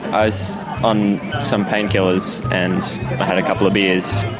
i was on some painkillers and i had a couple of beers,